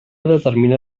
determina